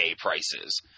prices